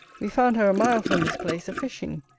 we found her a mile from this place, a-fishing.